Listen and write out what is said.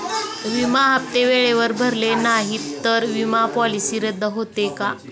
विमा हप्ते वेळेवर भरले नाहीत, तर विमा पॉलिसी रद्द होते का?